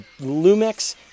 Lumix